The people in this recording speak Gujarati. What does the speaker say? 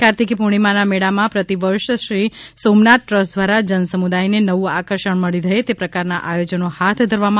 કાર્તિકી પૂર્ણિમાના મેળામાં પ્રતિવર્ષ શ્રી સોમનાથ ટ્રસ્ટ દ્વારા જનસમુદાયને નવું આકર્ષણ મળી રહે તે પ્રકારના આયોજનો હાથ ધરવામાં આવતા હોય છે